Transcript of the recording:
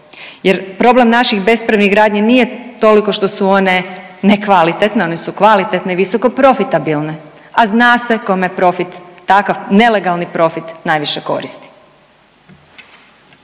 jer problem naših bespravnih gradnji nije toliko što su one nekvalitetne, one su kvalitetne i visoko profitabilne, a zna se kome profit, takav nelegalni profit najviše koristi.